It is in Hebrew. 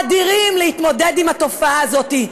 אדירים, להתמודד עם התופעה הזאת.